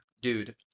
Dude